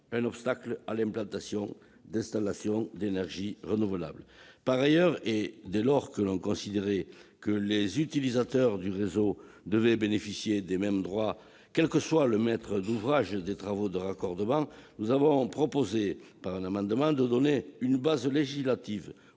un obstacle à l'implantation d'installations d'énergies renouvelables. Par ailleurs, et dès lors que l'on considérait que les utilisateurs du réseau devaient bénéficier des mêmes droits, quel que soit le maître d'ouvrage des travaux de raccordement, nous avons proposé, un amendement, de donner une base législative